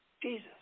Jesus